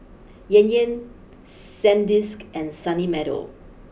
Yan Yan Sandisk and Sunny Meadow